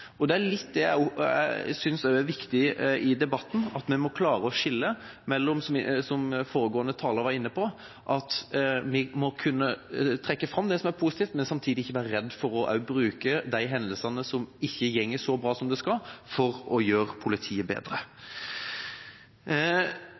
Det er litt det jeg synes er viktig i debatten, at vi må klare å skille mellom – som foregående taler var inne på – å trekke fram det som er positivt, og samtidig ikke være redd for å bruke de hendelsene som ikke går så bra som de skal, for å gjøre politiet bedre.